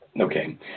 Okay